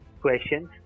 questions